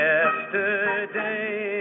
Yesterday